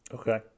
Okay